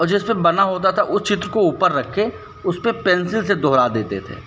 और जिसपे बना होता था उस चित्र को ऊपर रख के उसपे पेंसिल से दोहरा देते थे